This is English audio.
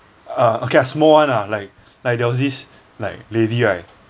uh okay ah small one ah like like there was this like lady right